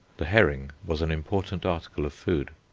the herring was an important article of food.